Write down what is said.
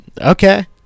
Okay